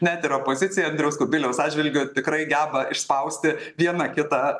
net ir opozicija andriaus kubiliaus atžvilgiu tikrai geba išspausti vieną kitą